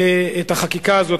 את החקיקה הזאת,